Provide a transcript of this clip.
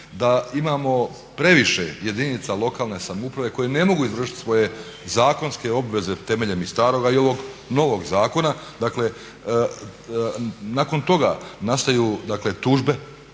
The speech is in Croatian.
da imamo previše jedinica lokalne samouprave koje ne mogu izvršiti svoje zakonske obveze temeljem i staroga i ovog novog zakona. Dakle, nakon toga nastaju, dakle